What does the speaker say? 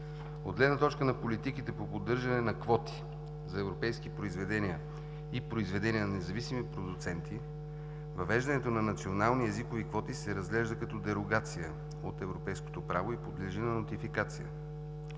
От гледна точка на политиките по поддържане на квоти за европейски произведения и произведения на независими продуценти, въвеждането на национални езикови квоти се разглежда като дерогация от европейското право и подлежи на нотификация.